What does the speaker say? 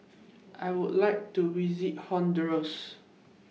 I Would like to visit Honduras